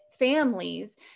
families